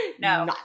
No